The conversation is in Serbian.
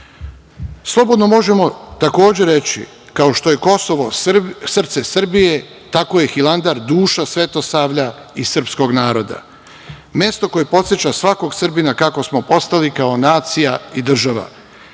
žaljenja. Slobodno možemo takođe reći kao što je Kosovo srce Srbije, tako je Hilandar duša svetosavlja i srpskog naroda. Mesto koje podseća svakog Srbina kako smo postali kao nacija i država,